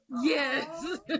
Yes